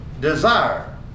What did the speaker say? Desire